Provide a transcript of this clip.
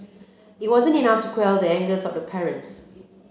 it wasn't enough to quell the anger of the parents